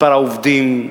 מספר העובדים,